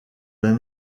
d’un